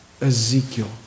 Ezekiel